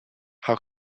how